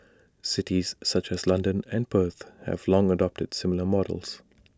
cities such as London and Perth have long adopted similar models